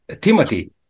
Timothy